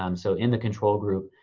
um so in the control group,